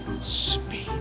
Speed